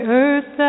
earth